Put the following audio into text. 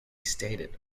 stated